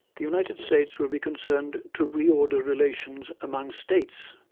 the united states will be concerned to reorder relations among states,